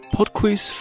PodQuiz